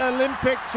Olympic